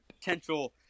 potential